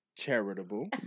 Charitable